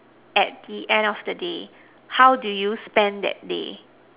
at the end of the day how do you spend that day